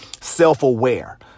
self-aware